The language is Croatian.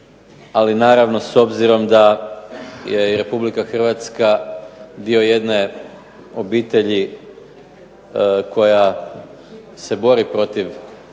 Ali naravno s obzirom da je Republike Hrvatska dio jedne obitelji koja se bori protiv